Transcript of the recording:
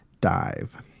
Dive